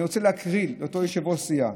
אני רוצה להקריא לאותו יושב-ראש סיעה,